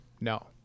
no